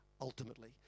ultimately